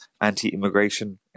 anti-immigration